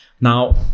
Now